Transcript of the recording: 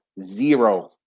zero